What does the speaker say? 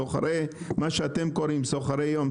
סוחרי יום,